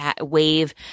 wave